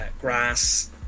grass